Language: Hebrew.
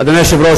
אדוני היושב-ראש,